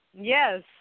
Yes